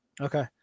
Okay